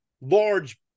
large